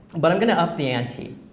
but i'm gonna up the ante.